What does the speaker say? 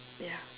ya